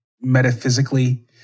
metaphysically